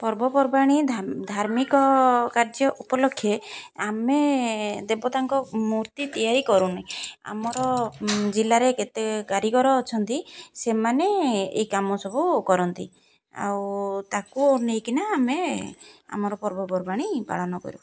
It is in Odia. ପର୍ବପର୍ବାଣି ଧାର୍ମିକ କାର୍ଯ୍ୟ ଉପଲକ୍ଷେ ଆମେ ଦେବତାଙ୍କ ମୂର୍ତ୍ତି ତିଆରି କରୁନି ଆମର ଜିଲ୍ଲାରେ କେତେ କାରିଗର ଅଛନ୍ତି ସେମାନେ ଏଇ କାମ ସବୁ କରନ୍ତି ଆଉ ତାକୁ ନେଇକିନା ଆମେ ଆମର ପର୍ବପର୍ବାଣି ପାଳନ କରୁ